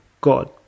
God